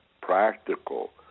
practical